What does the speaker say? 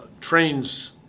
trains